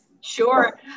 Sure